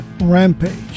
Rampage